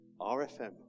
RFM